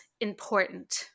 important